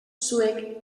zuek